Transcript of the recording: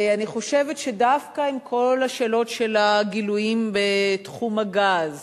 אני חושבת שדווקא עם כל השאלות של הגילויים בתחום הגז